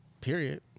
Period